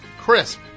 Crisp